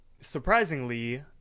surprisingly